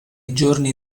giorni